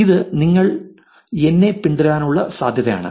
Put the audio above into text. അത് നിങ്ങൾ എന്നെ പിന്തുടരാനുള്ള സാധ്യതയാണ്